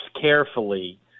carefully